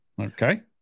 okay